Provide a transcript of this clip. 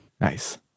nice